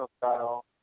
style